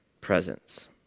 presence